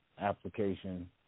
application